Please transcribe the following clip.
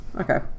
Okay